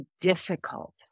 difficult